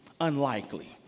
unlikely